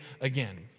again